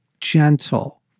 gentle